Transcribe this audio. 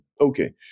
Okay